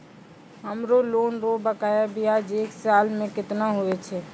हमरो लोन रो बकाया ब्याज एक साल मे केतना हुवै छै?